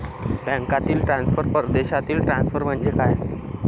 बँकांतील ट्रान्सफर, परदेशातील ट्रान्सफर म्हणजे काय?